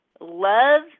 love